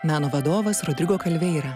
meno vadovas rodrigo kalveira